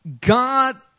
God